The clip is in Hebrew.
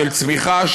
של צמיחה,